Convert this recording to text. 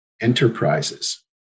enterprises